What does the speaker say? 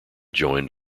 joined